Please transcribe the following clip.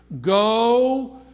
Go